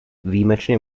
výjimečně